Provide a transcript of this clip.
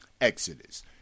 Exodus